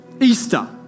Easter